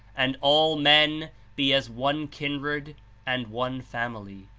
and all men be as one kindred and one family.